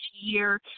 year